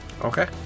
Okay